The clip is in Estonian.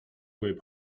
võib